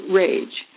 rage